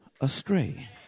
astray